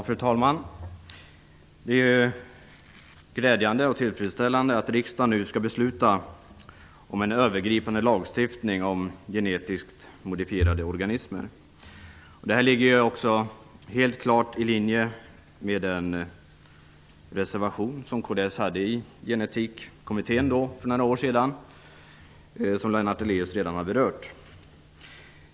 Fru talman! Det är glädjande och tillfredsställande att riksdagen nu skall besluta om en övergripande lagstiftning om genetiskt modifierade organismer. Det här ligger helt klart i linje med den reservation som kds hade i Genetikkommittén för några år sedan, vilket Lennart Daléus redan har berört.